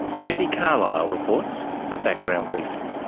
wendy carlisle reports for background briefing.